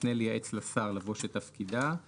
לפני "לייעץ לשר" יבוא "שתפקידה";